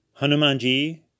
Hanumanji